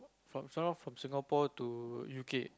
from somewhere from Singapore to U_K